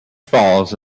falls